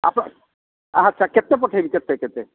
ଆପଣ ଆଚ୍ଛା କେତେ ପଠେଇବି କେତେ କେତେ